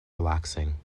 relaxing